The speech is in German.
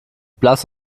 blass